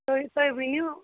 تُہۍ تۄہہِ ؤنۍ یو